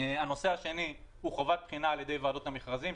הנושא השני הוא חובת בחינה על ידי ועדות המכרזים.